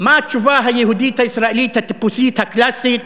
מה התשובה היהודית הישראלית הטיפוסית הקלאסית,